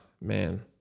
man